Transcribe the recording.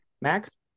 Max